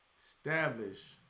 establish